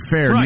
Fair